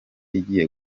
igiye